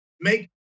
make